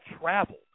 travel